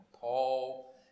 Paul